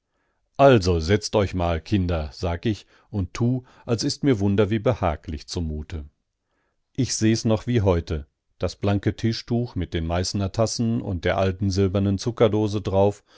also setzt euch dal kinder sag ich und tu als ist mir wunder wie behaglich zumute ich seh's noch wie heute das blanke tischtuch mit den meißener tassen und der alten silbernen zuckerdose drauf